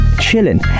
chilling